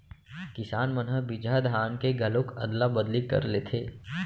किसान मन ह बिजहा धान के घलोक अदला बदली कर लेथे